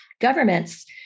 Governments